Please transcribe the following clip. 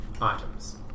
items